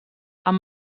amb